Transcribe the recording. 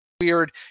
weird